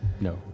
No